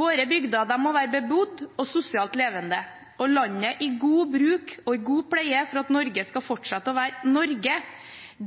Våre bygder må være bebodd og sosialt levende og landet i god bruk og i god pleie for at Norge skal fortsette å være Norge –